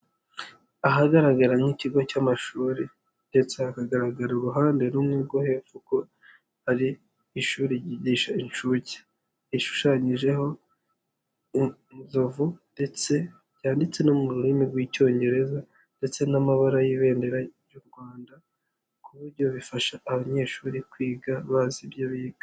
Ahagaragara nk'ikigo cy'amashuri ndetse hakagaragara uruhande rumwe rwo hepfo ko hari ishuri ryigisha incuke, rishushanyijeho inzovu ndetse ryanditse no mu rurimi rw'icyongereza ndetse n'amabara y'ibendera ry'u Rwanda ku buryo bifasha abanyeshuri kwiga bazi ibyo biga.